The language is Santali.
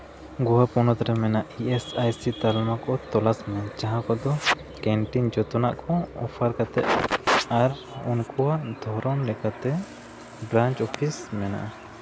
ᱜᱳᱭᱟ ᱯᱚᱱᱚᱛ ᱨᱮ ᱢᱮᱱᱟᱜ ᱤ ᱮᱥ ᱟᱭ ᱥᱤ ᱛᱟᱞᱢᱟ ᱠᱚ ᱛᱚᱞᱟᱥᱢᱮ ᱡᱟᱦᱟᱸ ᱠᱚᱫᱚ ᱠᱮᱱᱴᱤᱱ ᱡᱚᱛᱚᱱᱟᱜ ᱠᱚ ᱚᱯᱷᱟᱨ ᱠᱟᱛᱮᱫ ᱟᱨ ᱩᱱᱠᱩᱣᱟᱜ ᱫᱷᱚᱨᱚᱱ ᱞᱮᱠᱟᱛᱮ ᱵᱨᱟᱧᱡ ᱚᱯᱷᱤᱥ ᱢᱮᱱᱟᱜᱼᱟ